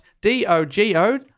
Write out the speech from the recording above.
D-O-G-O